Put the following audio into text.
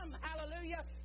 hallelujah